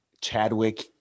Chadwick